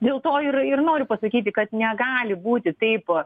dėl to ir ir noriu pasakyti kad negali būti taip